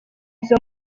izo